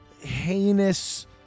heinous